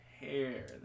hair